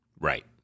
Right